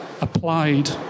applied